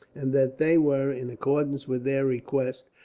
and that they were, in accordance with their request,